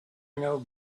know